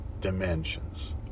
Dimensions